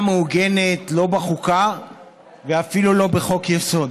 מעוגנת לא בחוקה ואפילו לא בחוק-יסוד